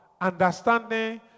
Understanding